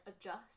adjust